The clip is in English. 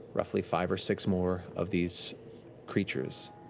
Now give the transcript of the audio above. roughly five or six more of these creatures.